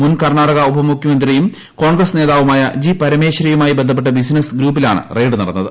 മുൻ കർണാടക ഉപ മുഖ്യമന്ത്രിയും കോൺൺസ് നേതാവുമായ ജി പരമേശ്വരയുമായി ബന്ധപ്പെട്ട ബിസിന്റസ്ട് ശ്രൂപ്പിലാണ് റെയ്ഡ് നടന്നത്